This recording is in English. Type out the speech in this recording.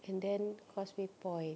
and then causeway point